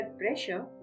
pressure